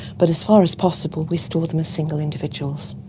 but as far as possible we store them as single individuals.